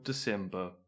December